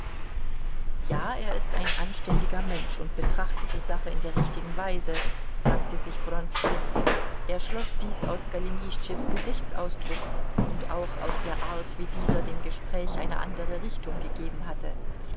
ja er ist ein anständiger mensch und betrachtet die sache in der richtigen weise sagte sich wronski er schloß dies aus golenischtschews gesichtsausdruck und auch aus der art wie dieser dem gespräch eine andere richtung gegeben hatte